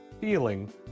feeling